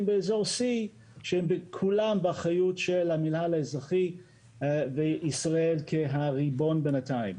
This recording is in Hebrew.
באזור C שהם כולם באחריות של המנהל האזרחי וישראל כריבון בינתיים.